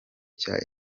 cya